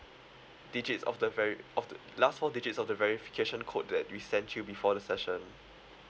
digits of the veri~ of the last four digits of the verification code that we sent you before the session